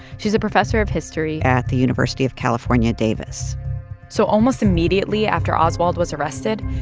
she's a professor of history. at the university of california, davis so almost immediately after oswald was arrested,